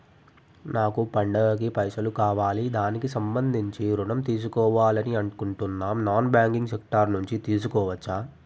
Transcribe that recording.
నాకు పండగ కి పైసలు కావాలి దానికి సంబంధించి ఋణం తీసుకోవాలని అనుకుంటున్నం నాన్ బ్యాంకింగ్ సెక్టార్ నుంచి తీసుకోవచ్చా?